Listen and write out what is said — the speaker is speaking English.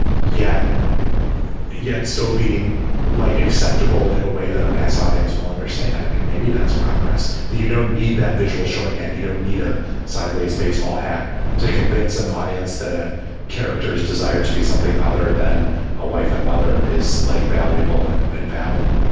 yet yet still being like acceptable in a way that a mass audience will understand i mean, maybe that's progress that you don't need that visual shorthand. you don't need a sideways baseball hat to convince an audience that a character's desire to be something other than a wife and mother is like valuable and and valid